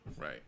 Right